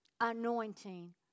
anointing